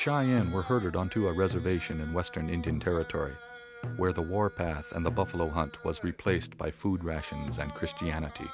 cheyenne were herded on to a reservation in western indian territory where the war path and the buffalo hunt was replaced by food rations and christianity